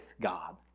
God